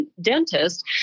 dentist